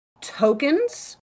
tokens